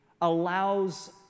allows